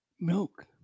Milk